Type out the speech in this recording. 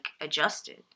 adjusted